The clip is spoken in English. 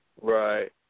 right